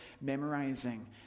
memorizing